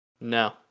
No